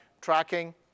tracking